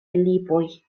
lipoj